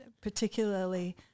particularly